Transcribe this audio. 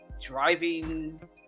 driving